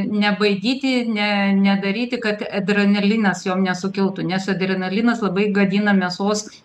nebaidyti ne nedaryti kad adrenalinas jom nesukiltų nes adrenalinas labai gadina mėsos